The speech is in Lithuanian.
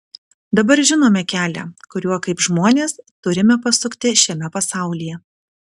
dabar žinome kelią kuriuo kaip žmonės turime pasukti šiame pasaulyje